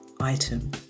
item